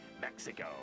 Mexico